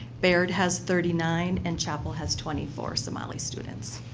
baird has thirty nine, and chapel has twenty four somali students.